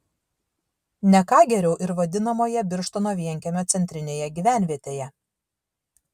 ne ką geriau ir vadinamoje birštono vienkiemio centrinėje gyvenvietėje